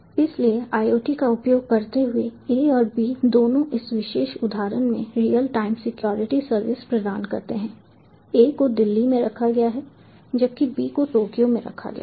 इसलिए IoT का उपयोग करते हुए A और B दोनों इस विशेष उदाहरण में रियल टाइम सिक्योरिटी सर्विस प्रदान करते हैं A को दिल्ली में रखा गया है जबकि B को टोक्यो में रखा गया है